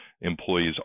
employees